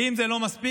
אם זה לא מספיק,